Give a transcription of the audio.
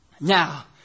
Now